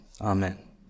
amen